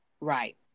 right